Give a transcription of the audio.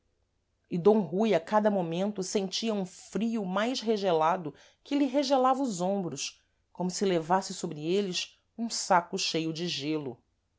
e d rui a cada momento sentia um frio mais regelado que lhe regelava os ombros como se levasse sôbre êles um saco cheio de gêlo